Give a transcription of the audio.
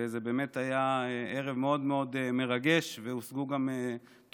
וזה באמת היה ערב מאוד מאוד מרגש והושגו גם תרומות,